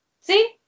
see